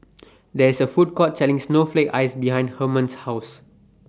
There IS A Food Court Selling Snowflake Ice behind Hermann's House